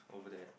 over there